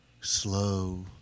slow